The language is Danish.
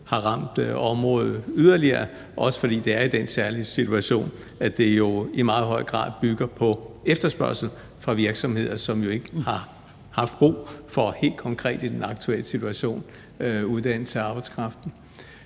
har ramt området yderligere, også fordi det sker i den særlige situation, at det i meget høj grad bygger på efterspørgsel fra virksomheder, som jo helt konkret i den aktuelle situation ikke har haft